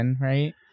right